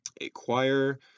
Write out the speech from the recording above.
acquire